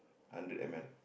hundred M_L